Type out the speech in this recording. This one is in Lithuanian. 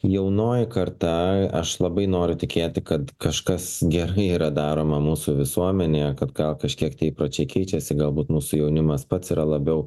jaunoji karta aš labai noriu tikėti kad kažkas gerai yra daroma mūsų visuomenėje kad gal kažkiek tie įpročiai keičiasi galbūt mūsų jaunimas pats yra labiau